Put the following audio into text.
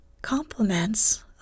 Compliments